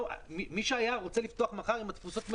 מי שהיה רוצה לפתוח מחר עם תפוסות מלאות,